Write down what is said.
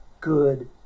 good